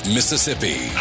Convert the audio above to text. Mississippi